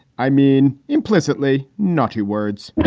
i mean implicitly nottie words.